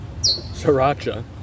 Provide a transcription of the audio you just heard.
Sriracha